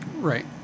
Right